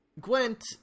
Gwent